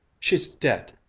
she's dead,